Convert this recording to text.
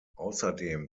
außerdem